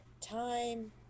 time